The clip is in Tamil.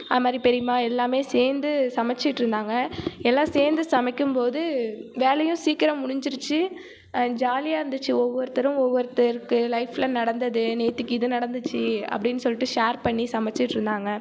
அதுமாதிரி பெரியம்மா எல்லாமே சேர்ந்து சமைச்சுட்ருந்தாங்க எல்லாம் சேர்ந்து சமைக்கும்போது வேலையும் சீக்கிரம் முடிஞ்சுருச்சு அண்ட் ஜாலியாக இருந்துச்சு ஒவ்வொருத்தரும் ஒவ்வொருத்தருக்கு லைஃபில் நடந்தது நேற்றைக்கு இது நடந்துச்சு அப்படின்னு சொல்லிட்டு ஷேர் பண்ணி சமைச்சுட்ருந்தாங்க